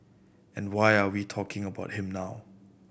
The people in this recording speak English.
and why are we talking about him now